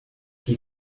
qui